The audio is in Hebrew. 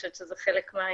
אני חושבת שזה חלק מהעניין.